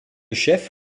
chef